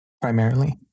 primarily